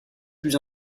plus